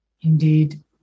indeed